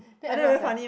then everyone was like